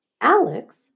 Alex